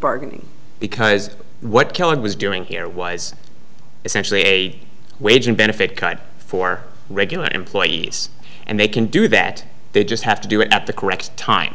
bargaining because what killing was doing here was essentially a wage and benefit cuts for regular employees and they can do that they just have to do it at the correct time